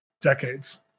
decades